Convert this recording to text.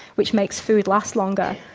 which makes food last longer.